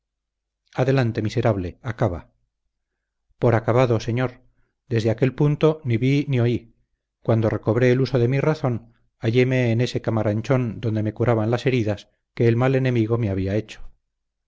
adelante miserable acaba por acabado señor desde aquel punto ni vi ni oí cuando recobré el uso de mi razón halléme en ese camaranchón donde me curaban las heridas que el mal enemigo me había hecho